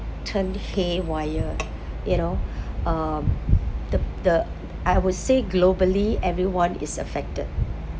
turned haywire you know uh the the I would say globally everyone is affected